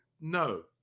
no